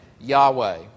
Yahweh